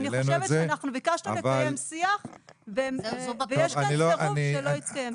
אני חושבת שאנחנו ביקשנו לקיים שיח ויש כאן סירוב שלא יתקיים.